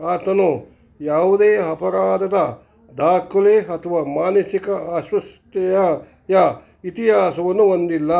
ಆತನು ಯಾವುದೇ ಅಪರಾಧದ ದಾಖಲೆ ಅಥ್ವಾ ಮಾನಸಿಕ ಅಸ್ವಸ್ಥೆಯ ಯ ಇತಿಹಾಸವನ್ನು ಹೊಂದಿಲ್ಲ